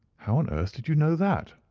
how on earth did you know that?